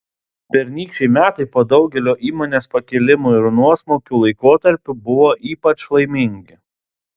pernykščiai metai po daugelio įmonės pakilimų ir nuosmukių laikotarpių buvo ypač laimingi